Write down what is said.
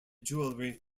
jewelry